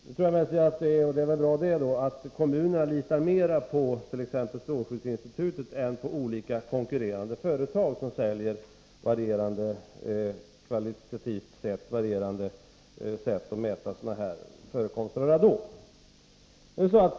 Nu tror jag emellertid — och det är väl bra det då — att kommunerna litar mera på t.ex. strålskyddsinstitutet än på olika konkurrerande företag som säljer kvalitativt sett varierande sätt att mäta förekomsten av radon.